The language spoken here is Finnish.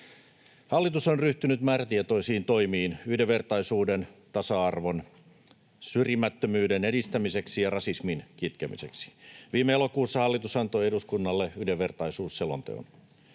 Hallitus on ryhtynyt määrätietoisiin toimiin yhdenvertaisuuden, tasa-arvon ja syrjimättömyyden edistämiseksi ja rasismin kitkemiseksi. Viime elokuussa hallitus antoi eduskunnalle yhdenvertaisuustiedonannon.